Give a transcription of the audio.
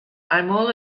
all